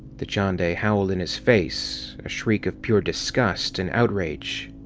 dachande howled in his face, a shriek of pure disgust and outrage.